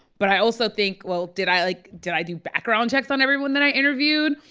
but i also think, well, did i, like did i do background checks on everyone that i interviewed?